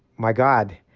my god,